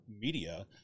media